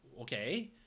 okay